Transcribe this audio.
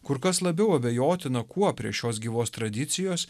kur kas labiau abejotina kuo prie šios gyvos tradicijos